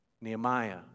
Nehemiah